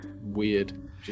Weird